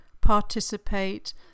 participate